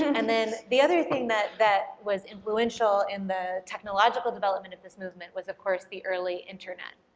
and then the other thing that that was influential in the technological development of this movement was of course the early internet.